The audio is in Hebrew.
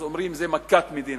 ואז אומרים: זה מכת מדינה.